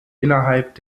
innerhalb